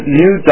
new